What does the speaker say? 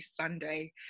Sunday